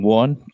one